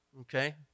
okay